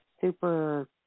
super